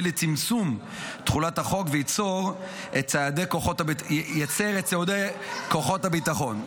לצמצום תחולת החוק ויצר את צעדי כוחות הביטחון.